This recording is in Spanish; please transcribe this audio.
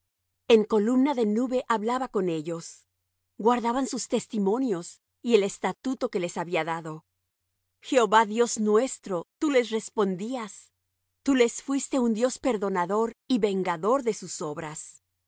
en columna de nube hablaba con ellos guardaban sus testimonios y el estatuto que les había dado jehová dios nuestro tú les respondías tú les fuiste un dios perdonador y vengador de sus obras